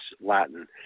Latin